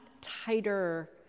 tighter